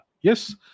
Yes